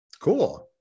Cool